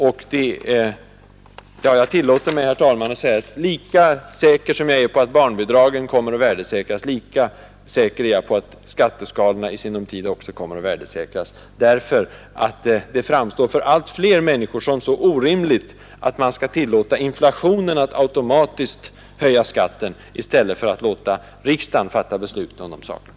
Och jag tillåter mig säga, herr talman, att lika övertygad som jag är om att barnbidragen kommer att värdesäkras, lika övertygad är jag om att skatteskalorna i sinom tid också kommer att värdesäkras. Det framstår för allt fler människor som orimligt att man skall tillåta inflationen att automatiskt höja skatten, i stället för att låta riksdagen fatta beslut om dessa saker.